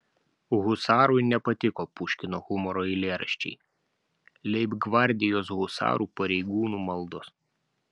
husarui nepatiko puškino humoro eilėraščiai leibgvardijos husarų pareigūnų maldos